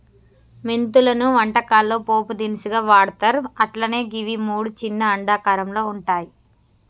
మెంతులను వంటకాల్లో పోపు దినుసుగా వాడ్తర్ అట్లనే గివి మూడు చిన్న అండాకారంలో వుంటయి